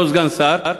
לא סגן שר,